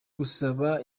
gusaba